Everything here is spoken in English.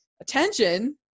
attention